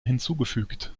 hinzugefügt